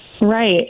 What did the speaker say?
Right